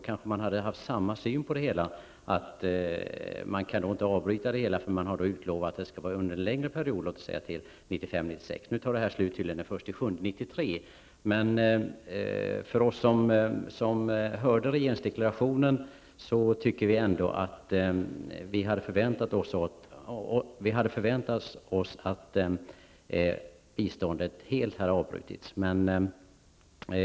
Kanske hade man haft samma syn på ett sådant projekt, som kanske hade sträckt sig fram till 1995/96. Det nu aktuella projektet upphör tydligen den 1 juli 1993. Vi som hörde regeringsdeklarationen hade trots allt förväntat oss att biståndet helt skulle ha avbrutits.